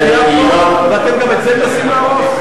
שפויה פה וגם את זה אתם מנסים להרוס?